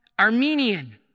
Armenian